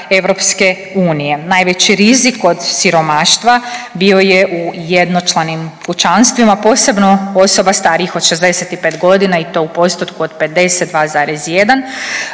prosjeka EU. Najveći rizik od siromaštva bio je u jednočlanim kućanstvima posebno osoba starijih od 65 godina i to u postotku od 52,1%,